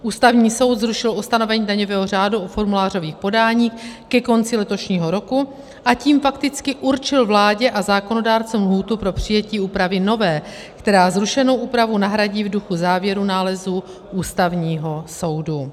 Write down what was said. Ústavní soud zrušil ustanovení daňového řádu u formulářových podání ke konci letošního roku, a tím fakticky určil vládě a zákonodárcům lhůtu pro přijetí úpravy nové, která zrušenou úpravu nahradí v duchu závěrů nálezu Ústavního soudu.